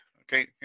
Okay